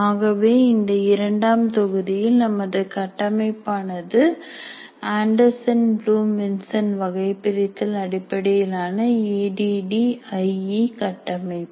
ஆகவே இந்த இரண்டாம் தொகுதியில் நமது கட்டமைப்பானது ஆண்டர்சன் ப்ளூம் வின்சென்ட் வகைபிரித்தல் அடிப்படையில் ஆன A D D I E கட்டமைப்பு